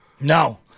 No